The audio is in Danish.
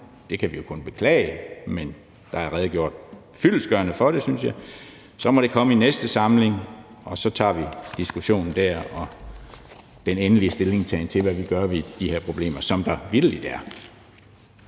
det kan vi jo kun beklage, men der er redegjort fyldestgørende for det, synes jeg – men så må komme i næste samling, og så tager vi diskussionen der og endelig stilling til, hvad vi gør ved de her problemer, som der vitterlig er.